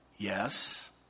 Yes